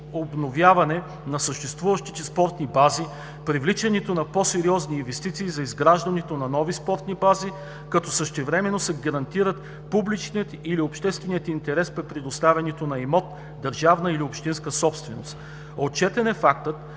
обновяване на съществуващите спортни бази, привличането на по-сериозни инвестиции за изграждането на нови спортни бази, като същевременно се гарантират публичният или общественият интерес при предоставянето на имот – държавна или общинска собственост. Отчетен е фактът,